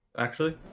actually,